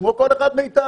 כמו כל אחד מאיתנו,